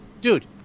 dude